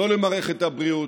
לא למערכת הבריאות,